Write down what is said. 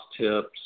tips